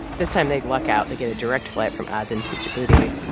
this time, they'd luck out. they get a direct flight from aden to djibouti.